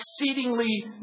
exceedingly